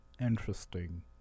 Interesting